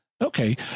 Okay